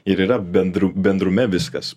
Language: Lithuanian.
ir yra bendru bendrume viskas